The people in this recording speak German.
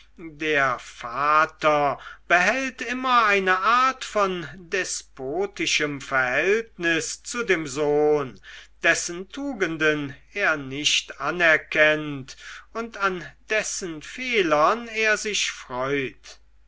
der vater behält immer eine art von despotischem verhältnis zu seinem sohn dessen tugenden er nicht anerkennt und an dessen fehlern er sich freut